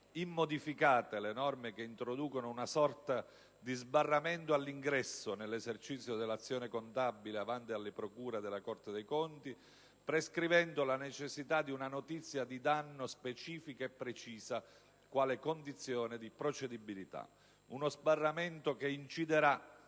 immodificate le norme che introducono una sorta di sbarramento all'ingresso nell'esercizio dell'azione contabile avanti alle procure della Corte dei conti, prescrivendo la necessità di una notizia di danno specifica e precisa quale condizione di procedibilità. Uno sbarramento che inciderà